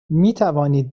مینوانید